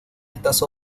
estas